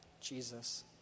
Jesus